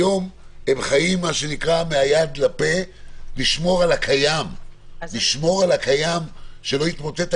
היום הם חיים מה שנקרא מהיד לפה כדי לשמור על הקיים שלא יתמוטט.